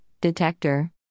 detector